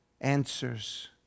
answers